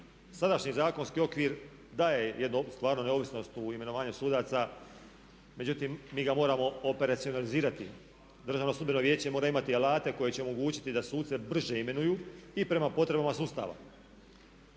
sadašnji zakonski okvir daje jednu stvarno neovisnost u imenovanju sudaca međutim mi ga moramo operacionalizirati. Državno sudbeno vijeće mora imati alate koji će omogućiti da suce brže imenuju i prema potrebama sustava.